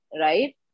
right